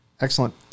Excellent